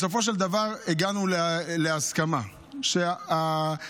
בסופו של דבר הגענו להסכמה שהפיקדונות,